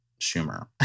Schumer